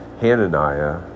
Hananiah